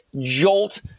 jolt